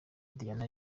diana